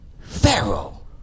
Pharaoh